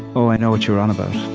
oh, i know what you're on about.